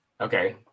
Okay